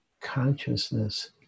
consciousness